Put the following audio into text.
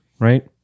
Right